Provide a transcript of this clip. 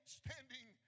standing